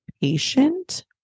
patient